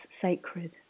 sacred